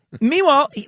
Meanwhile